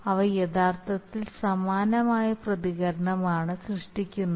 അവ യഥാർത്ഥത്തിൽ സമാനമായ പ്രതികരണമാണ് സൃഷ്ടിക്കുന്നത്